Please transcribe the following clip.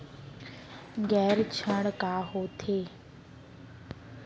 गैर ऋण का होथे?